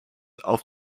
auf